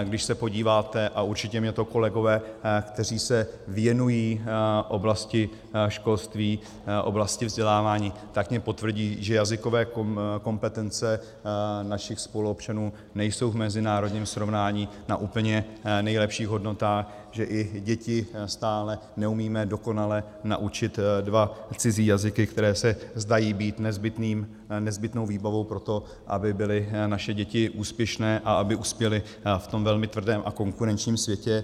Když se podíváte, a určitě mi to kolegové, kteří se věnují oblasti školství, oblasti vzdělávání, potvrdí, že jazykové kompetence našich spoluobčanů nejsou v mezinárodním srovnání na úplně nejlepších hodnotách, že i děti stále neumíme dokonale naučit dva cizí jazyky, které se zdají být nezbytnou výbavou pro to, aby byly naše děti úspěšné a aby uspěly v tom velmi tvrdém a konkurenčním světě.